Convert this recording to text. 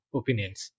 opinions